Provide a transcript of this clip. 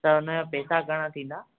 त हुन जा पैसा घणा थीन्दा